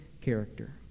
character